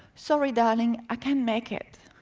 sorry darling, i can't make it.